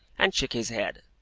and shook his head.